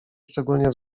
szczególnie